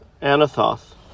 Anathoth